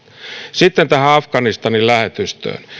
sitten tähän afganistanin lähetystöön